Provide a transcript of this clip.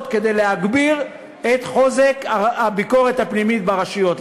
כדי להגביר את חוזק הביקורת הפנימית ברשויות.